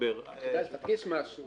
כדאי שתדגיש משהו